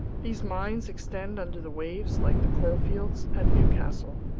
these mines extend under the waves like the coalfields at newcastle.